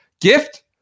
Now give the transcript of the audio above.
Gift